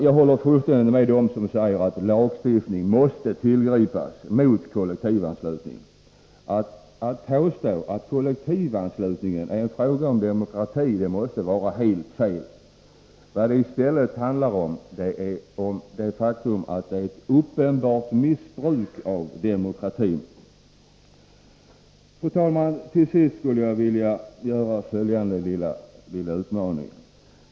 Jag håller fullständigt med dem som säger att lagstiftning måste tillgripas mot kollektivanslutning. Att påstå att kollektivanslutningen är en fråga om demokrati måste vara helt fel. Vad det i stället handlar om är det faktum att det är ett uppenbart missbruk av demokratin. Fru talman! Till sist skulle jag vilja göra följande lilla utmaning.